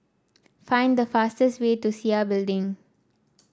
find the fastest way to Sia Building